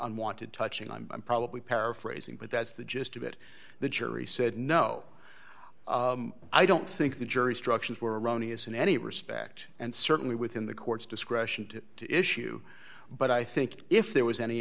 unwanted touching i'm probably paraphrasing but that's the gist of it the jury said no i don't think the jury structures were erroneous in any respect and certainly within the court's discretion to issue but i think if there was any